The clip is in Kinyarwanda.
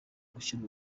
gushyira